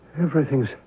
Everything's